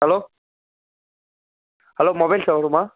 hello hello mobile ஷோரூமா